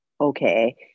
okay